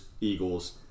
Eagles